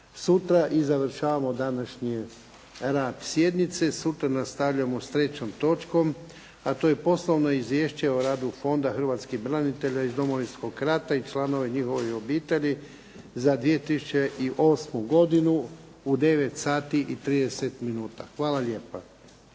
sutra i završavamo današnji rad sjednice. Sutra nastavljamo sa trećom točkom, a to je Poslovno izvješće o radu Fonda hrvatskih branitelja iz Domovinskog rata i članova njihovih obitelji za 2008. godinu u 9 sati i 30 minuta. Hvala lijepa.